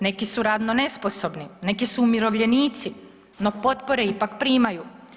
Neki su radno nesposobni, neki su umirovljenici no potpore ipak primaju.